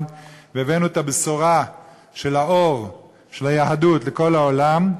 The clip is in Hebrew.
והבאנו את הבשורה של האור של היהדות לכל העולם,